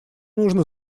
нужно